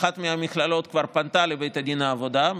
אחת המכללות כבר פנתה לבית הדין לעבודה,